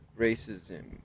racism